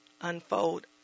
unfold